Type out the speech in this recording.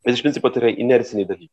bet iš principo tai yra inerciniai dalykai